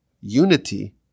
Unity